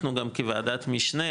אנחנו גם כוועדת משנה,